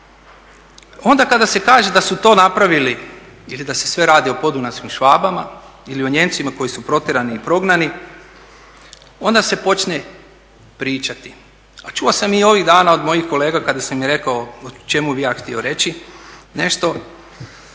Onda kada se kaže da su to napravili ili da se sve radi o podunavskim Švabama ili o Nijemcima koji su protjerani i prognani onda se počne pričati. A čuo sam i ovih dana od mojih kolege kada sam im rekao o čemu bi ja htio reći nešto,